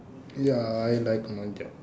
ya I like my job